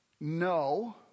No